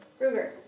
Ruger